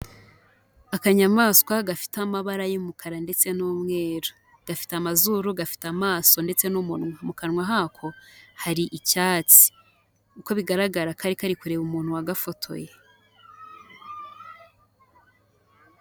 Akanyamanswa gafite amabara y'umukara ndetse n'umweru, gafite amazuru, gafite amaso ndetse n'umunwa, mu kanwa hako hari icyatsi, uko bigaragara kari kari kureba umuntu wagafotoye.